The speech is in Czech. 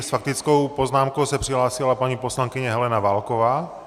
S faktickou poznámkou se přihlásila paní poslankyně Helena Válková.